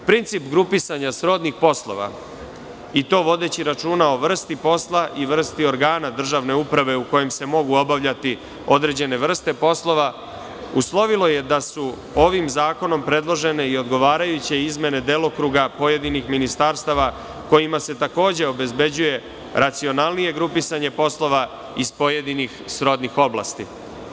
Princip grupisanja srodnih poslova, i to vodeći računa o vrsti posla i vrsti organa državne uprave u kojem se mogu obavljati određene vrste poslova, uslovilo je da su ovim zakonom predložene i odgovarajuće izmene delokruga pojedinih ministarstava, kojima se takođe obezbeđuje racionalnije grupisanje poslova iz pojedinih srodnih poslova.